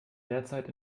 derzeit